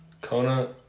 Kona